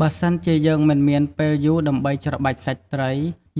បើសិនជាយើងមិនមានពេលយូរដើម្បីច្របាច់សាច់ត្រី